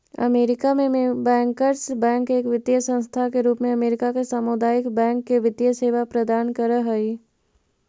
America में bankers bank एक वित्तीय संस्था के रूप में अमेरिका के सामुदायिक बैंक के वित्तीय सेवा प्रदान कर हइ